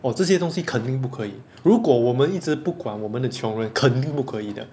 oh 这些东西肯定不可以如果我们一直不管我们的穷人肯定不可的